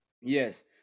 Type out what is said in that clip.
Yes